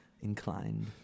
inclined